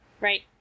right